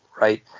right